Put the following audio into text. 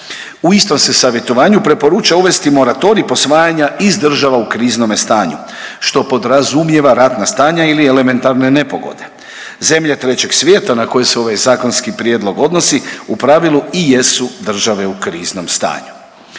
U istom se savjetovanju preporuča uvesti moratorij posvajanja iz država u kriznome stanju, što podrazumijeva ratna stanja ili elementarne nepogode. Zemlje Trećeg svijeta na koje se ovaj zakonski prijedlog odnosi, u pravilu i jesu države u kriznom stanju.